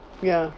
ya